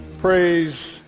Praise